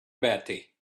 batty